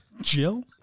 Jill